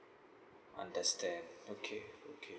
understand okay okay